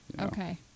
Okay